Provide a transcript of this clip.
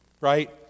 right